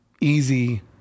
easy